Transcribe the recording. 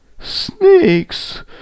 Snakes